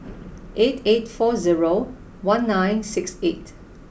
eight eight four zero one nine six eight